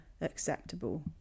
acceptable